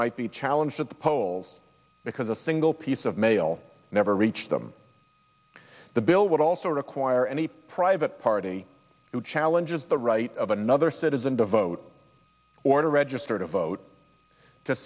might be challenged at the polls because a single piece of mail never reached them the bill would also require any private party who challenges the right of another citizen to vote or to register to vote to